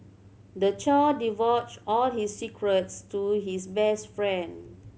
the child divulged all his secrets to his best friend